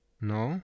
No